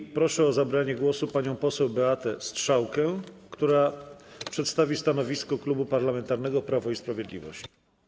I proszę o zabranie głosu panią poseł Beatę Strzałkę, która przedstawi stanowisko Klubu Parlamentarnego Prawo i Sprawiedliwość.